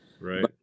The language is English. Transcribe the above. Right